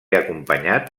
acompanyat